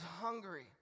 hungry